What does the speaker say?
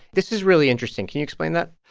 this is really interesting. can you explain that?